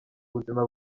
buzima